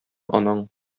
анаң